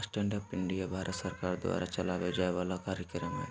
stand up India Bharat सरकार द्वारा चलावल जाय वाला कार्यक्रम हय